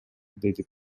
деди